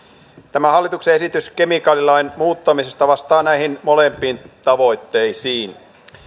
tämä hallituksen esitys kemikaalilain muuttamisesta vastaa näihin molempiin tavoitteisiin